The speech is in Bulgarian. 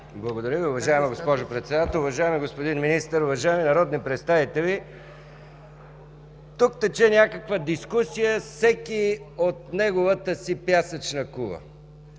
Благодаря Ви, уважаема госпожо Председател. Уважаеми господин Министър, уважаеми народни представители! Тук тече някаква дискусия – всеки от неговата си пясъчна кула.